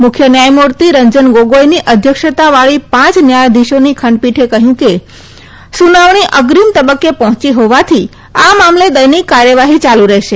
મુખ્ય ન્યાયમૂર્તિ રંજન ગોગોઈની અધ્યક્ષતાવાળી પાંચ ન્યાયાધીશોની ખંડપીઠે કહ્યું કે સુનાવણી અગ્રીમ તબક્કે પહોંચી હોવાથી આ મામલે દૈનિક કાર્યવાહી ચાલુ રહેશે